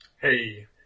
Hey